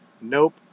Nope